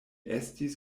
estis